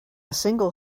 single